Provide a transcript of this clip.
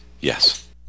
Yes